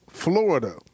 Florida